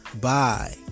Bye